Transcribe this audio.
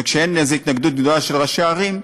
וכשאין איזו התנגדות גדולה של ראשי ערים,